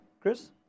Chris